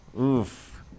Oof